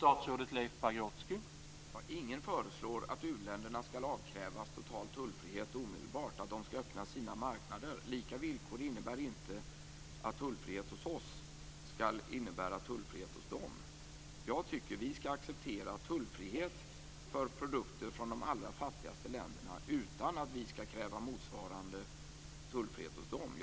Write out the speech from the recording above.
Herr talman! Ingen föreslår att u-länderna skall avkrävas total tullfrihet omedelbart och att de skall öppna sina marknader. Lika villkor innebär inte att tullfrihet hos oss också skall innebära tullfrihet hos dem. Jag tycker att vi skall acceptera tullfrihet för produkter från de allra fattigaste länderna utan att vi skall kräva motsvarande tullfrihet hos dem.